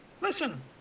Listen